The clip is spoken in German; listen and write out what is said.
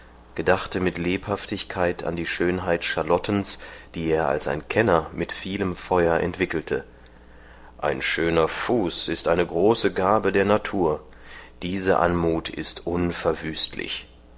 gedachte mit lebhaftigkeit an die schönheit charlottens die er als ein kenner mit vielem feuer entwickelte ein schöner fuß ist eine große gabe der natur diese anmut ist unverwüstlich